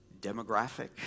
demographic